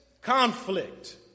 conflict